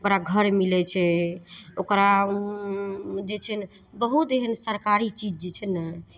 ओकरा घर मिलै छै ओकरा ओ जे छै ने बहुत एहन सरकारी चीज जे छै ने